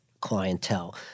clientele